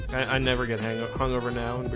i never get hang up hungover now.